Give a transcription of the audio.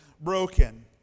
Broken